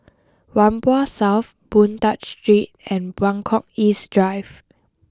Whampoa South Boon Tat Street and Buangkok East Drive